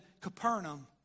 Capernaum